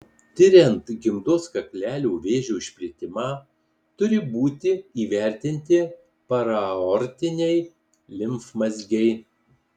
tiriant gimdos kaklelio vėžio išplitimą turi būti įvertinti paraaortiniai limfmazgiai